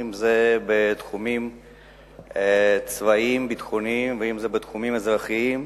אם בתחומים צבאיים ביטחוניים ואם בתחומים אזרחיים.